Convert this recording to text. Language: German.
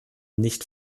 nicht